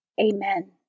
Amen